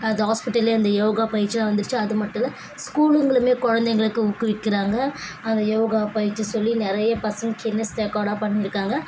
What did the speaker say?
அந்த ஹாஸ்பிட்டல்லையே அந்த யோகா பயிற்சியெலாம் வந்துடுச்சு அது மட்டும் இல்லை ஸ்கூல்லுங்களுமே குழந்தைங்களுக்கு ஊக்குவிக்கிறாங்கள் அந்த யோகா பயிற்சி சொல்லி நிறைய பசங்கள் கின்னஸ் ரெக்காட்லாம் பண்ணியிருக்காங்க